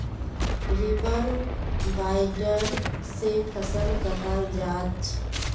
reaper binder से फसल कटाल जा छ